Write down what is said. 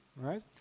right